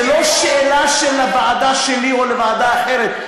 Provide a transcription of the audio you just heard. זו לא שאלה של הוועדה שלי או ועדה אחרת.